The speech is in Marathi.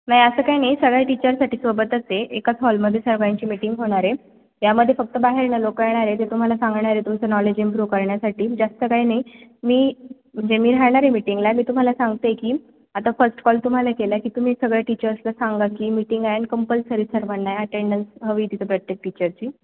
नाही असं काय नाही सगळ्या टीचरसाठी सोबतच आहे एकाच हॉलमध्ये सर्वांची मीटिंग होणार आहे यामध्ये फक्त बाहेरनं लोक येणार आहे ते तुम्हाला सांगणार आहे तुमचं नॉलेज इम्प्रूव्ह करण्यासाठी जास्त काय नाही मी म्हणजे मी राहणार आहे मीटिंगला मी तुम्हाला सांगते की आता फर्स्ट कॉल तुम्हाला केला की तुम्ही सगळ्या टीचर्सला सांगा की मीटिंग आहे आणि कंपल्सरी सर्वांना अटेंडन्स हवी तिथं प्रत्येक टीचरची